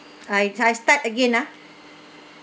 I I start again ah